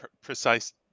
precise